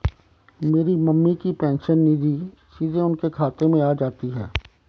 मेरी मम्मी की पेंशन निधि सीधे उनके खाते में आ जाती है